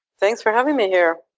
thanks for having me here.